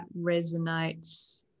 resonates